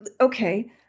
Okay